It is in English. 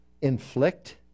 inflict